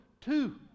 two